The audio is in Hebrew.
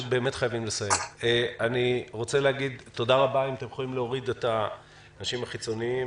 אם אתם יכולים להוריד את האנשים החיצוניים.